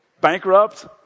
bankrupt